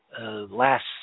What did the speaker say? last